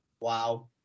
Wow